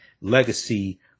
legacy